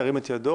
ירים את ידו.